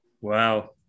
Wow